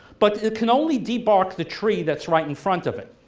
but it can only debark the tree that's right in front of it.